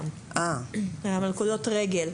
מלכודות רגל,